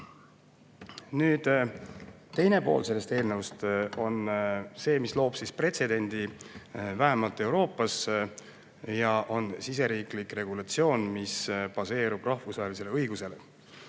Teine pool sellest eelnõust on selline, et see loob pretsedendi vähemalt Euroopas. See on siseriiklik regulatsioon, mis baseerub rahvusvahelisel õigusel.